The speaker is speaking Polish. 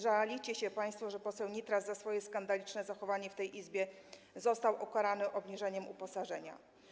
Żalicie się państwo, że poseł Nitras za swoje skandaliczne zachowanie w tej Izbie został ukarany obniżeniem uposażenia.